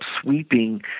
sweeping